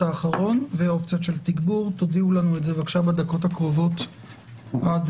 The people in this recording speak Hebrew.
תחפש "מעריב",